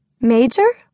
Major